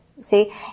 See